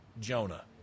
Jonah